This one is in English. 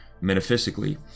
metaphysically